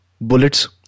bullets